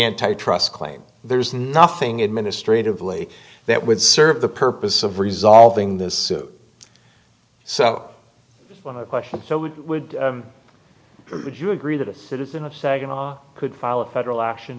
antitrust claim there's nothing administrative law that would serve the purpose of resolving this so when the question so we would or would you agree that a citizen of saginaw could file a federal action